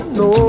no